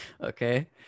okay